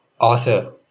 author